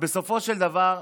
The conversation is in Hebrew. בסופו של דבר,